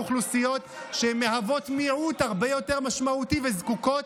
למה לא לתת לאוכלוסיות שמהוות מיעוט הרבה יותר משמעותי וזקוקות